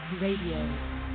Radio